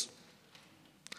מס'